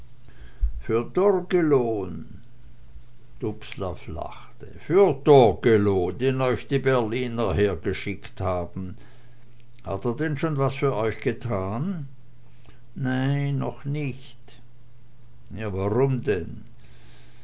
für torgelow den euch die berliner hergeschickt haben hat er denn schon was für euch getan nei noch nich na warum denn